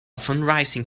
fundraising